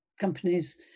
companies